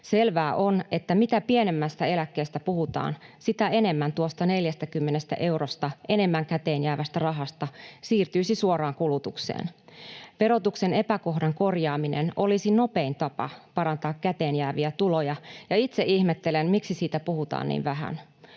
Selvää on, että mitä pienemmästä eläkkeestä puhutaan, sitä enemmän tuosta 40 eurosta enemmän käteen jäävästä rahasta siirtyisi suoraan kulutukseen. Verotuksen epäkohdan korjaaminen olisi nopein tapa parantaa käteenjääviä tuloja, ja itse ihmettelen, miksi siitä puhutaan niin vähän.